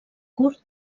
kurd